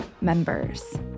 members